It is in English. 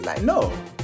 no